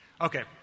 Okay